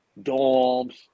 dorms